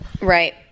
Right